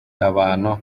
abantu